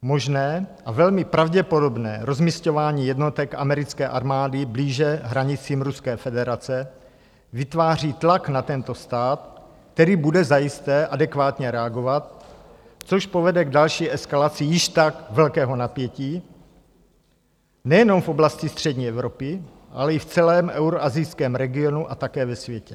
Možné a velmi pravděpodobné rozmisťování jednotek americké armády blíže hranicím Ruské federace vytváří tlak na tento stát, který bude zajisté adekvátně reagovat, což povede k další eskalaci již tak velkého napětí nejenom v oblasti střední Evropy, ale i v celém euroasijském regionu a také ve světě.